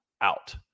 out